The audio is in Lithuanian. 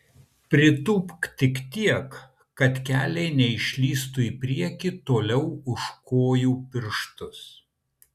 pritūpk tik tiek kad keliai neišlįstų į priekį toliau už kojų pirštus